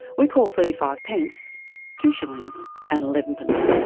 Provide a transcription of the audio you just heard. we called thirty five pence two shillings and eleven pence.